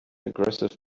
aggressive